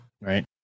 Right